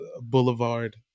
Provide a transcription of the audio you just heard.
boulevard